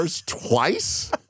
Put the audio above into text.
twice